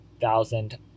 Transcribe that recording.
thousand